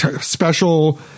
special